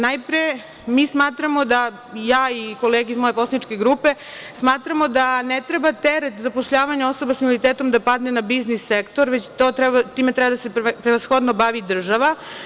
Najpre, mi smatramo da, ja i kolege iz moje poslaničke grupe, smatramo da ne treba teret zapošljavanja osoba sa invaliditetom da padne na biznis sektor, već time treba da se bavi prevashodno država.